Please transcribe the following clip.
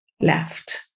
left